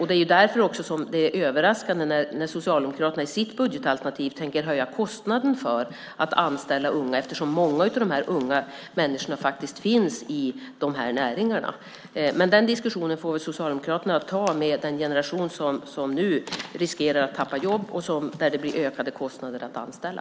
Det är därför som det är överraskande att Socialdemokraterna i sitt budgetalternativ tänker höja kostnaden för att anställa unga, eftersom det finns många unga människor i de här näringarna. Den diskussionen får väl Socialdemokraterna ta med den generation som nu riskerar att tappa jobb och där det blir ökade kostnader för att anställa.